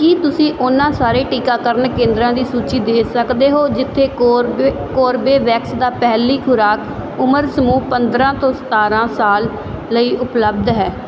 ਕੀ ਤੁਸੀਂ ਉਹਨਾਂ ਸਾਰੇ ਟੀਕਾਕਰਨ ਕੇਂਦਰਾਂ ਦੀ ਸੂਚੀ ਦੇ ਸਕਦੇ ਹੋ ਜਿੱਥੇ ਕੋਰਵੇ ਕੋਰਬੇਵੈਕਸ ਦਾ ਪਹਿਲੀ ਖੁਰਾਕ ਉਮਰ ਸਮੂਹ ਪੰਦਰਾਂ ਤੋਂ ਸਤਾਰਾਂ ਸਾਲ ਲਈ ਉਪਲਬਧ ਹੈ